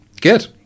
Good